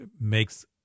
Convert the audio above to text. makes